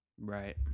Right